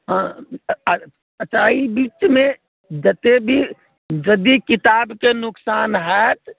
हँ तऽ अच्छा एहि बीचमे जते भी यदि किताबके नुकसान होएत